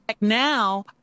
Now